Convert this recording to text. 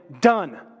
done